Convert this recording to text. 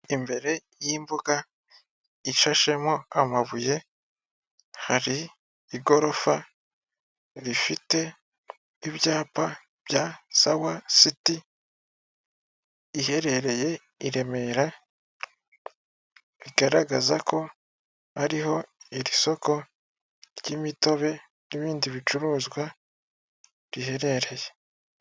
Isoko riherereye mu karere ka Nyarugenge rikora ubucuruzi bw:ibintu bitandukanye, inanasi, imbuto zose z'ubwoko bwose, Ibikapu. Ni isoko ryubatse neza ririmo parafo amatara kandi rikaba Ari isoko rikomeye.